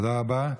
תודה רבה.